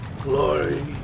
Glory